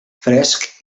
fresc